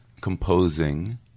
composing